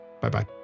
Bye-bye